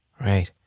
Right